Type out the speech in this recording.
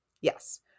yes